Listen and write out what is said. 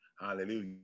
Hallelujah